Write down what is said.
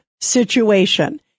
situation